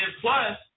plus